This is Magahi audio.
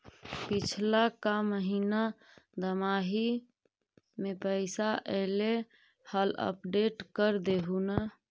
पिछला का महिना दमाहि में पैसा ऐले हाल अपडेट कर देहुन?